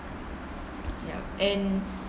and